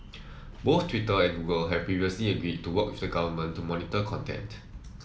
both Twitter and Google have previously agreed to work with the government to monitor content